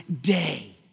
day